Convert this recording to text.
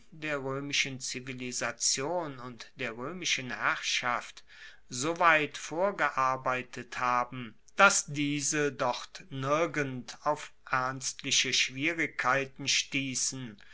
der roemischen zivilisation und der roemischen herrschaft soweit vorgearbeitet haben dass diese dort nirgend auf ernstliche schwierigkeiten stiessen